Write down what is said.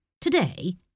Today